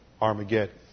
Armageddon